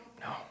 No